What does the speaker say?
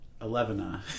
Elevena